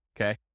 Okay